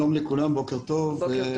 שלום לכולם, בוקר טוב.